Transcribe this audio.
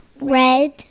Red